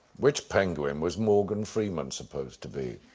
which penguin was morgan freeman supposed to be?